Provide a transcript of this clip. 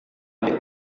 adik